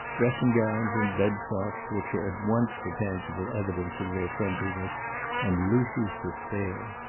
dressing-gowns and bed-socks which were at once the tangible evidence of their friendliness and lucy's despair.